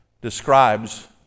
describes